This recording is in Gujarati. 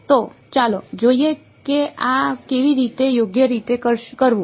તો ચાલો જોઈએ કે આ કેવી રીતે યોગ્ય રીતે કરવું